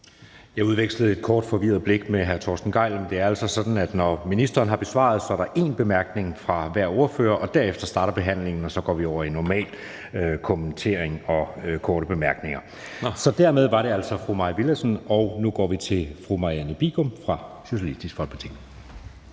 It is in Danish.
Jeg udvekslede et kort forvirret blik med hr. Torsten Gejl, men det er altså sådan, at når ministeren har givet sin besvarelse, er der én kort bemærkning til hver ordfører. Derefter starter forhandlingen, og så går vi over til normal procedure for korte bemærkninger. Så dermed var det altså fru Mai Villadsen. Nu går vi til fru Marianne Bigum fra Socialistisk Folkeparti.